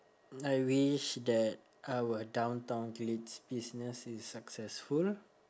I wish that our downtown business is successful